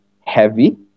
heavy